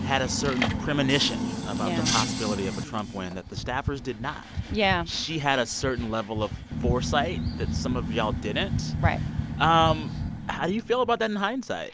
had a certain premonition about the possibility of a trump win that the staffers did not yeah she had a certain level of foresight that some of you all didn't right um how do you feel about that in hindsight?